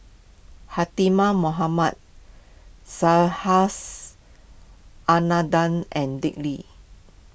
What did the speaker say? Mohamad Subhas Anandan and Dick Lee